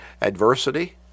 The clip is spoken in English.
Adversity